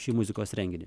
šį muzikos renginį